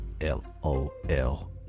L-O-L